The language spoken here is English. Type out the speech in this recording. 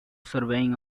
surveying